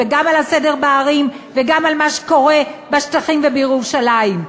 גם על הסדר בערים וגם על מה שקורה בשטחים ובירושלים.